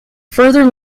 further